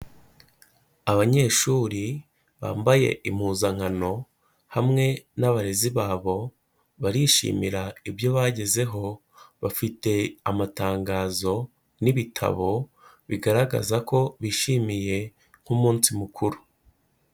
Abanyeshuri bambaye impuzankano hamwe n'abarezi babo, barishimira ibyo bagezeho, bafite amatangazo n'ibitabo bigaragaza ko bishimiye nk'umunsi mukuru.